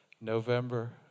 November